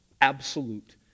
Absolute